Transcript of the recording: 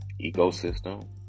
ecosystem